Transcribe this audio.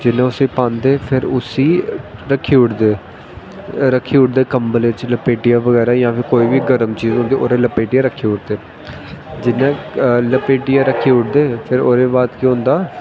जिसलै उसी पांदे फिर उसी रक्खी ओड़दे रक्खी ओड़दे कंबल च लपेटियै बगैरा जां फिर कोई बी गर्म चीज होंदी ओह्दे च लपेटियै रक्खी ओड़दे जियां लपेटियै रक्खी ओड़दे फिर ओह्दे बाद केह् होंदा